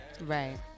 Right